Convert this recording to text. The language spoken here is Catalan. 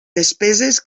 despeses